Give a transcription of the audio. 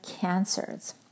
cancers